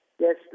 yes